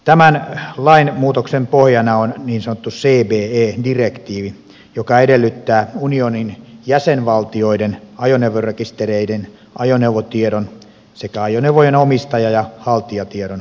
tämän lainmuutoksen pohjana on niin sanottu cbe direktiivi joka edellyttää unionin jäsenvaltioiden ajoneuvorekistereiden ajoneuvotiedon sekä ajoneuvojen omistaja ja haltijatiedon vaihtamista